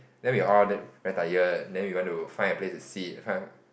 then we are all very tired then we want to find a place to sit find